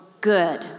good